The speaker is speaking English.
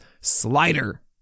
slider